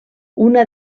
una